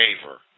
favor